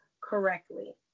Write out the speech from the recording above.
correctly